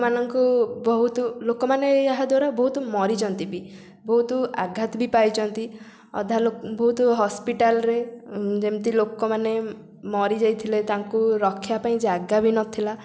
ଲୋକମାନଙ୍କୁ ବହୁତ ଲୋକମାନେ ଏହା ଦ୍ୱାରା ବହୁତ ମରିଛନ୍ତି ବି ବହୁତ ଆଘାତ ବି ପାଇଛନ୍ତି ଅଧା ଲୋକ ବହୁତ ହସ୍ପିଟାଲରେ ଯେମିତି ଲୋକମାନେ ମରିଯାଇଥିଲେ ତାଙ୍କୁ ରଖିବା ପାଇଁ ଜାଗା ବି ନଥିଲା